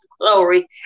glory